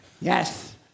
Yes